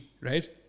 right